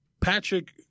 Patrick